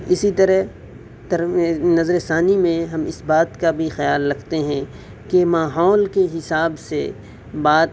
اسی طرح نظر ثانی میں ہم اس بات کا بھی خیال رکھتے ہیں کہ ماحول کے حساب سے بات